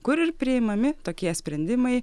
kur ir priimami tokie sprendimai